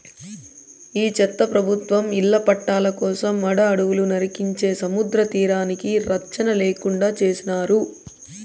ఈ చెత్త ప్రభుత్వం ఇళ్ల పట్టాల కోసం మడ అడవులు నరికించే సముద్రతీరానికి రచ్చన లేకుండా చేసినారు